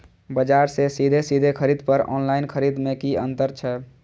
बजार से सीधे सीधे खरीद आर ऑनलाइन खरीद में की अंतर छै?